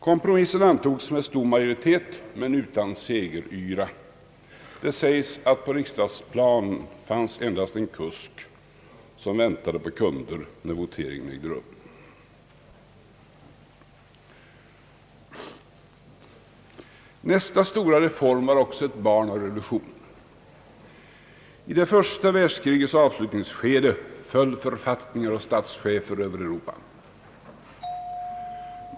Kompromissen antogs med stor majoritet men utan segeryra. Det sägs att på riksdagsplanen fanns endast en kusk som väntade på kunder när voteringen ägde rum. Nästa stora reform var också ett barn av revolutionen. I det första världskri gets avslutningsskede föll författningar och statschefer över hela Europa.